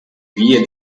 via